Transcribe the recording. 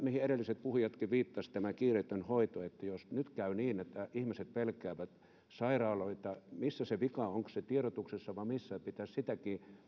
mihin edelliset puhujatkin viittasivat tähän kiireettömään hoitoon jos nyt käy niin että ihmiset pelkäävät sairaaloita missä se vika on onko se tiedotuksessa vai missä pitäisi sitä